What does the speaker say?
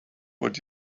what